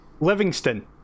Livingston